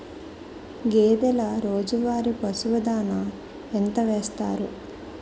గేదెల రోజువారి పశువు దాణాఎంత వేస్తారు?